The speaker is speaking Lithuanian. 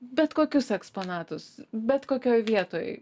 bet kokius eksponatus bet kokioj vietoj